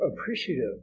appreciative